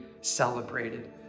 celebrated